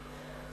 אדוני.